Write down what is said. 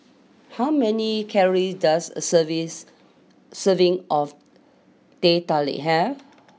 how many calories does a serves serving of Teh Tarik have